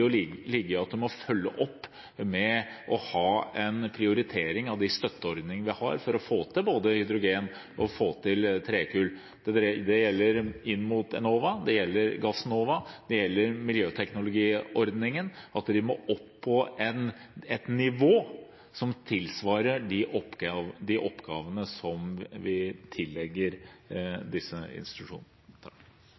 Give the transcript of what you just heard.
opp med en prioritering av støtteordningene vi har for overgang både til hydrogen og til trekull. Det gjelder inn mot Enova, det gjelder inn mot Gassnova, det gjelder miljøteknologiordningen. Vi må opp på et nivå som tilsvarer de oppgavene vi tillegger